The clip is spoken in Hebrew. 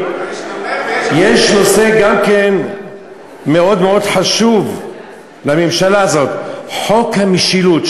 יש נושא מאוד מאוד חשוב לממשלה הזאת: חוק המשילות.